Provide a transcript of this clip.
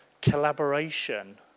collaboration